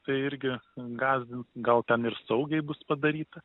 tai irgi gąsdins gal ten ir saugiai bus padaryta